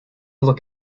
look